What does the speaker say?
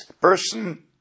person